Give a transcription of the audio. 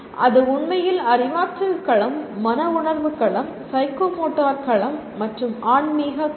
அது உண்மையில் அறிவாற்றல் களம் மன உணர்வு களம் சைக்கோமோட்டர் களம் மற்றும் ஆன்மீக களம்